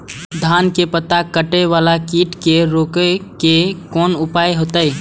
धान के पत्ता कटे वाला कीट के रोक के कोन उपाय होते?